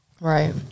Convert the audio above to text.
Right